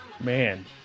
Man